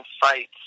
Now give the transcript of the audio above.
fights